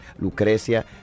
lucrecia